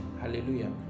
Hallelujah